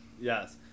Yes